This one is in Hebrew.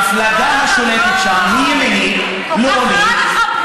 המפלגה השולטת שם היא ימנית, כל כך רע לך פה.